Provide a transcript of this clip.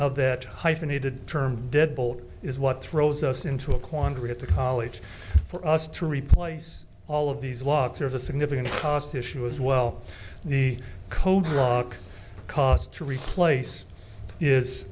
of that hyphenated term deadbolt is what throws us into a quandary at the college for us to replace all of these logs there's a significant cost issue as well the code rock cost to replace is